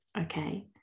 Okay